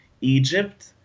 Egypt